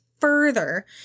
further